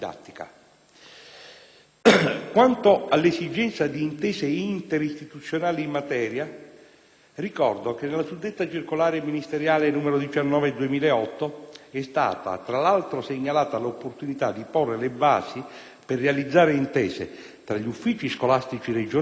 Quanto all'esigenza di intese interistituzionali in materia, ricordo che nella suddetta circolare ministeriale n. 19 del 2008 è stata, tra l'altro, segnalata l'opportunità di porre le basi per realizzare intese tra gli uffici scolastici regionali e le Regioni,